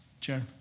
Chair